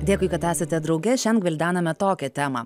dėkui kad esate drauge šian gvildename tokią temą